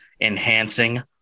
enhancing